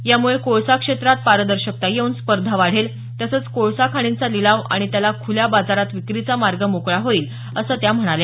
यामुळे कोळसा क्षेत्रात पारदर्शकता येऊन स्पर्धा वाढेल तसंच कोळसा खाणींचा लिलाव आणि त्याला ख्रल्या बाजारात विक्रीचा मार्ग मोकळा होईल असं त्या म्हणाल्या